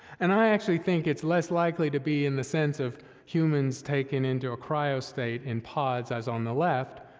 and i actually think it's less likely to be in the sense of humans taken into a cryostate in pods as on the left,